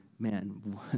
man